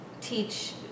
teach